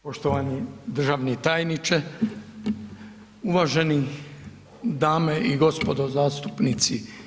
poštovani državni tajniče, uvažene dame i gospodo zastupnici.